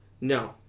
no